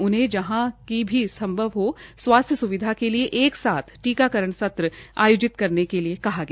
उन्हें जहां की भी संभव हो स्वास्थ्य स्विधा के लिए एक साथ टीकाकरण सत्र आयोजित करने के लिए कहा गया